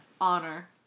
Honor